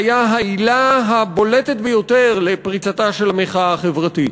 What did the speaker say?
שהיה העילה הבולטת ביותר לפריצתה של המחאה החברתית.